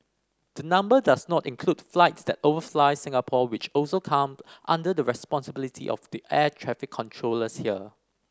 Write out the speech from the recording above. the number does not include flights that overfly Singapore which also come under the responsibility of the air traffic controllers here